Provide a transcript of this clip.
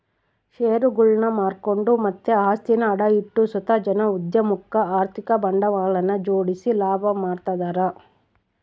ಷೇರುಗುಳ್ನ ಮಾರ್ಕೆಂಡು ಮತ್ತೆ ಆಸ್ತಿನ ಅಡ ಇಟ್ಟು ಸುತ ಜನ ಉದ್ಯಮುಕ್ಕ ಆರ್ಥಿಕ ಬಂಡವಾಳನ ಜೋಡಿಸಿ ಲಾಭ ಮಾಡ್ತದರ